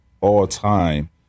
all-time